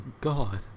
God